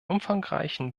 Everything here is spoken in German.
umfangreichen